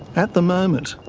at the moment,